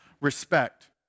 respect